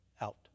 out